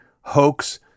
hoax